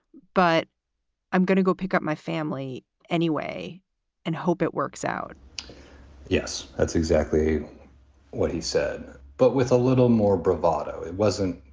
but i'm gonna go pick up my family anyway and hope it works out yes, that's exactly what he said. but with a little more bravado, it wasn't.